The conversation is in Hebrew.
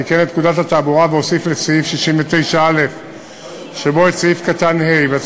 תיקן את פקודת התעבורה והוסיף לסעיף 69א את סעיף קטן (ה).